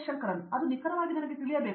ಶಂಕರನ್ ಅದು ನಿಖರವಾಗಿ ನನಗೆ ತಿಳಿಯಬೇಕು